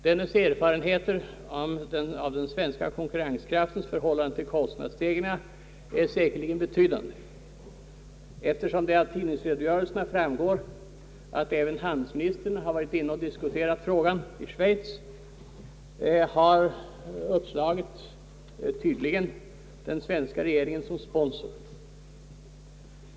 Dennes erfarenheter av den svenska konkurrenskraftens förhållande till kostnadsstegringarna är säkerligen betydande. Eftersom det av tidningsredogörelserna framgår att även handelsministern har varit inne och diskuterat frågan i Schweiz, har uppslaget tydligen den svenska regeringen som sponsor.